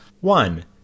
one